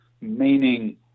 meaning